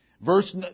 Verse